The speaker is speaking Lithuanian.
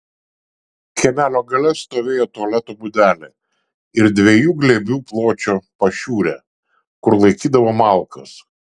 kiemelio gale stovėjo tualeto būdelė ir dviejų glėbių pločio pašiūrė kur laikydavo malkas